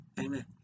amen